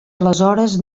aleshores